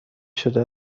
شده